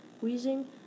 wheezing